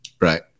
right